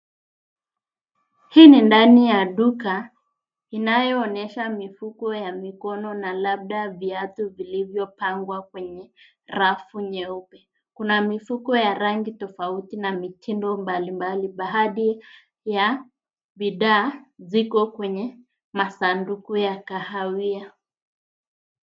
Hii ni ndani ya duka inayo onyesha mifuko ya mikono na labda vyatu vilivyo pangwa kwenye rafu nyeupe. Kuna mifuko ya rangi tofauti na mitindo mbali mbali baadhi ya bidhaa ziko kwenye masanduku ya kahawia.